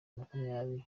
makumyabiri